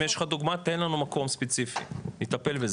אם יש לך דוגמא תן לנו מקום ספציפי נטפל בזה.